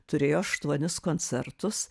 turėjo aštuonis koncertus